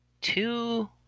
two